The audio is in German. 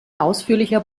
ausführlicher